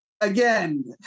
Again